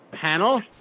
panel